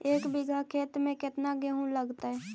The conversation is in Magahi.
एक बिघा खेत में केतना गेहूं लगतै?